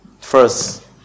first